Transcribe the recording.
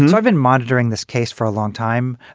and i've been monitoring this case for a long time,